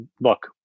look